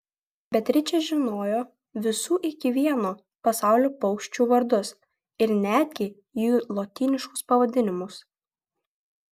beatričė žinojo visų iki vieno pasaulio paukščių vardus ir netgi jų lotyniškus pavadinimus